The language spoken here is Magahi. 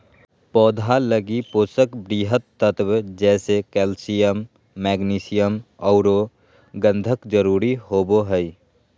पौधा लगी पोषक वृहत तत्व जैसे कैल्सियम, मैग्नीशियम औरो गंधक जरुरी होबो हइ